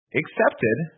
accepted